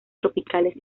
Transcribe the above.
tropicales